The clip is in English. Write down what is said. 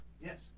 Yes